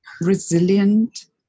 resilient